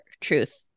truth